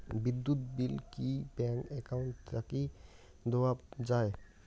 বিদ্যুৎ বিল কি bank account থাকি দেওয়া য়ায়?